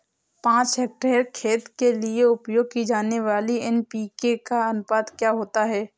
पाँच हेक्टेयर खेत के लिए उपयोग की जाने वाली एन.पी.के का अनुपात क्या होता है?